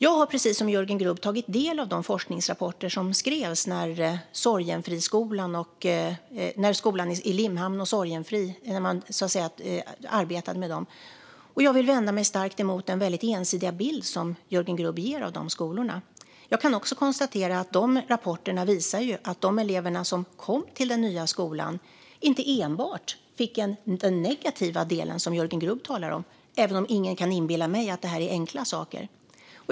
Jag har, precis som Jörgen Grubb, tagit del av de forskningsrapporter som skrevs när man arbetade med Sorgenfriskolan och skolan i Limhamn, och jag vänder mig starkt mot den ensidiga bild som Jörgen Grubb ger av de skolorna. Jag kan också konstatera att rapporterna visar att de elever som kom till den nya skolan inte enbart fick del av den negativa delen, som Jörgen Grubb talar om - även om ingen kan inbilla mig att det är enkla saker.